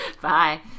Bye